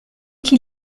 qui